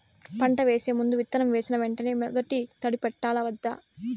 పంట వేసే ముందు, విత్తనం వేసిన వెంటనే మొదటి తడి పెట్టాలా వద్దా?